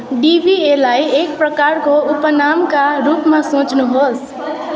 डिबिएलाई एक प्रकारको उपनामका रूपमा सोच्नुहोस्